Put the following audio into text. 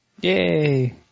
Yay